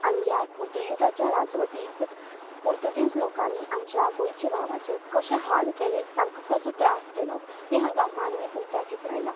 आनी ह्या पुर्तूगीजाच्या राजवटींत पुर्तूगीज लोकांनी आमच्या गोंयच्या भावांचे कशें हाल केले तांकां कसो त्रास केलो तें हांगा मार्मीक रित्या चित्रायलां